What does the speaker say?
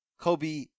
Kobe